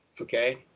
Okay